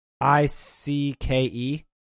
I-C-K-E